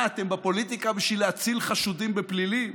מה, אתם בפוליטיקה בשביל להציל חשודים בפלילים?